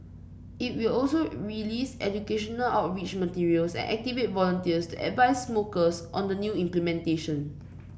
it will also release educational outreach materials and activate volunteers to advise smokers on the new implementation